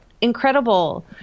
incredible